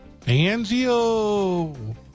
Angio